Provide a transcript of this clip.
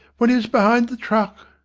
when he was behind the truck